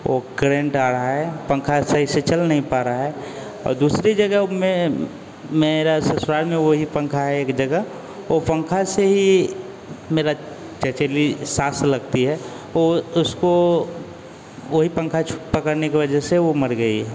वो करेंट आ रहा है पंखा सही से चल नहीं पा रहा है और दूसरी जगह में मैं मेरा ससुराल में वही पंखा है एक जगह वो पंखा से ही मेरा चचेरी सास लगती है तो उसको वही पंखा पकड़ने की वजह से वो मर गई है